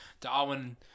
Darwin